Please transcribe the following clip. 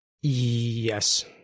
yes